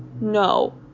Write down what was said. No